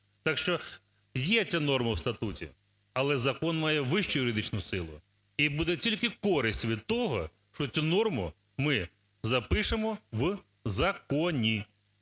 Так що є ця норма у статуті, але закон має вищу юридичну силу, і буде тільки користь від того, що цю норму ми запишемо в законі.